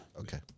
Okay